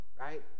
right